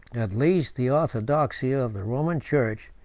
at least the orthodoxy of the roman church,